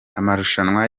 amarushanwa